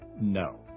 no